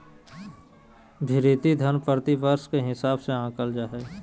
भृति धन प्रतिवर्ष के हिसाब से आँकल जा हइ